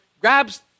grabs